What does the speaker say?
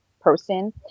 person